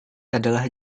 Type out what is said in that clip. adalah